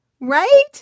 right